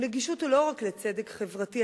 נגישות לא רק לצדק חברתי.